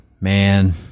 man